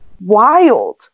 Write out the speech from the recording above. wild